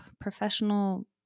professional